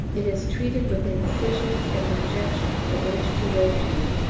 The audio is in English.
it is treated with incisions and injections of h two o two,